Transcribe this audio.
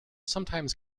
sometimes